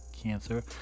cancer